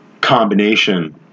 combination